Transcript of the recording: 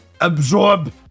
absorb